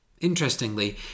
Interestingly